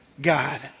God